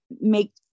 make